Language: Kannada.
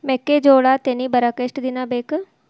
ಮೆಕ್ಕೆಜೋಳಾ ತೆನಿ ಬರಾಕ್ ಎಷ್ಟ ದಿನ ಬೇಕ್?